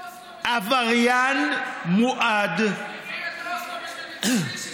הוא העביר את אוסלו בשביל מיצובישי,